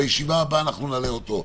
בישיבה הבאה נעלה אותו.